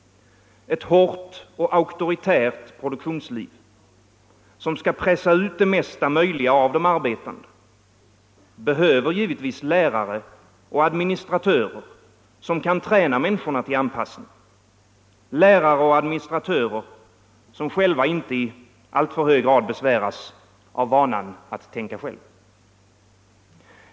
Ett hårt och auktoritärt produktionsliv som skall pressa ut det mesta möjliga av de arbetande behöver därför lärare och administratörer som kan träna människorna till anpassning, lärare och administratörer som inte i alltför hög grad besväras av vanan att tänka själva.